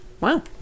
wow